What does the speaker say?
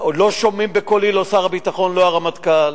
לא שומעים בקולי, לא שר הביטחון ולא הרמטכ"ל.